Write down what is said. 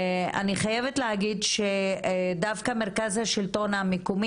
אני חייבת להגיד שדווקא מרכז השלטון המקומי,